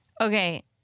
Okay